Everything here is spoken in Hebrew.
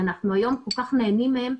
שאנחנו היום כל כך נהנים מהן,